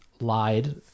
lied